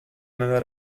nella